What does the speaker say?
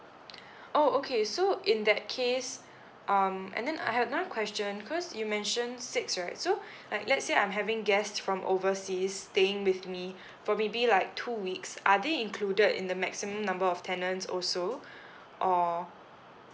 oh okay so in that case um and then I have another question cause you mentioned six right so like let's say I'm having guests from overseas staying with me for maybe like two weeks are they included in the maximum number of tenants also or